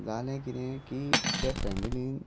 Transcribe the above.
जालें कितें की ते फॅमिलीन